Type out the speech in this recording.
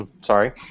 Sorry